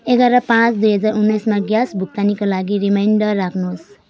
एघार पाँच दुई हजार उन्नाइसमा ग्यास भुक्तानीका लागि रिमाइन्डर राख्नुहोस्